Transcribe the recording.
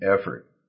effort